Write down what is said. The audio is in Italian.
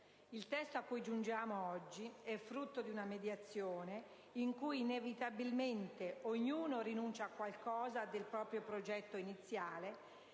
II testo a cui giungiamo oggi è frutto di una mediazione in cui, inevitabilmente, ognuno rinuncia a qualcosa del proprio progetto iniziale,